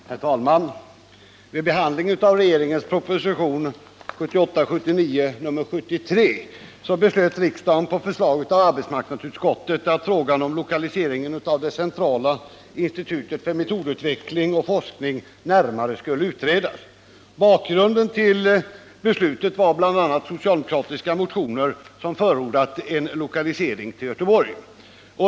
Herr talman! Vid behandlingen av regeringens proposition 1978/79:73 beslöt riksdagen på förslag av arbetsmarknadsutskottet att frågan om lokaliseringen av det centrala institutet för metodutveckling och forskning närmare skulle utredas. Bakgrunden till beslutet var bl.a. socialdemokratiska motioner som hade förordat en lokalisering till Göteborg.